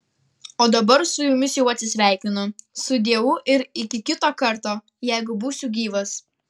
o dabar su jumis jau atsisveikinu sudieu ir iki kito karto jeigu būsiu gyvas